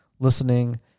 listening